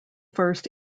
first